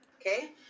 Okay